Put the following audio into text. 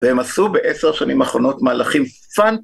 והם עשו בעשר שנים האחרונות מהלכים פאנ...